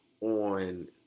on